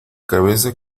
cabeza